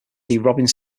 robbins